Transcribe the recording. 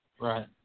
Right